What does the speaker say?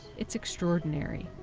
it's extraordinary.